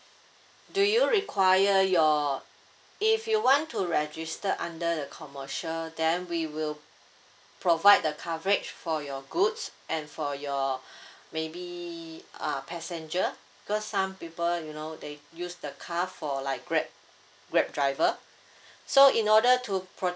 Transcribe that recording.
do you require your if you want to register under the commercial then we will provide the coverage for your goods and for your maybe uh passenger because some people you know they use the car for like Grab Grab driver so in order to protect